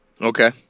Okay